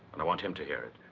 and i want him to hear it.